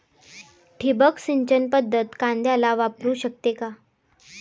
ठिबक सिंचन पद्धत कांद्याला वापरू शकते का?